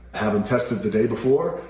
have them tested the day before.